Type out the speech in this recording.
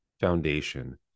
foundation